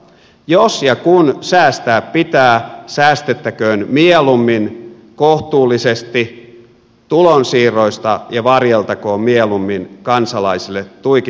jos ja kun säästää pitää säästettäköön mieluummin kohtuullisesti tulonsiirroista ja varjeltakoon mieluummin kansalaisille tuiki tarpeellisia peruspalveluita